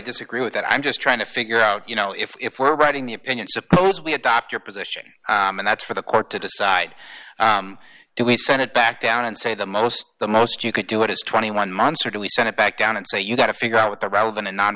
disagree with that i'm just trying to figure out you know if we're writing the opinion suppose we adopt your position and that's for the court to decide do we send it back down and say the most the most you could do it is twenty one months or do we send it back down and say you've got to figure out what the rather than a non